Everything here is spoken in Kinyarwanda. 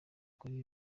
kuri